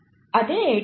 అదే ఏటీపీ